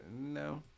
No